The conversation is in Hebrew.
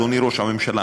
אדוני ראש הממשלה,